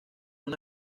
una